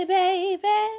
baby